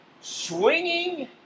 swinging